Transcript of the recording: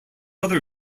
other